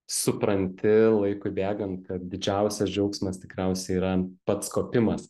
supranti laikui bėgant kad didžiausias džiaugsmas tikriausiai yra pats kopimas